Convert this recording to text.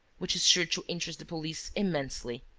which is sure to interest the police immensely.